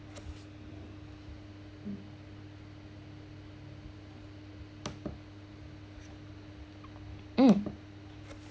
mm